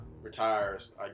retires